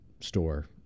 store